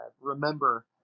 remember